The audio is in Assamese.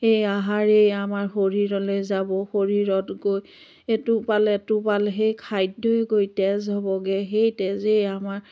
সেই আহাৰেই আমাৰ শৰীৰলৈ যাব শৰীৰত গৈ এটোপাল এটোপাল সেই খাদ্যই গৈ তেজ হ'বগৈ সেই তেজেই আমাৰ